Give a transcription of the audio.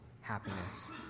happiness